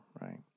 right